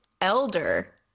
Elder